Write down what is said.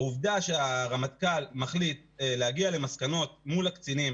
העובדה שהרמטכ"ל מחליט להגיע למסקנות מול הקצינים